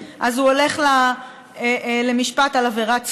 אז הוא הולך למשפט על עבירת סמים.